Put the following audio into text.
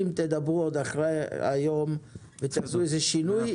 אם תדברו אחרי הדיון היום ותרצו איזה שינוי,